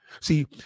See